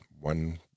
one